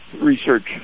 research